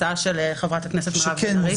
הצעה של חה"כ מירב בן ארי,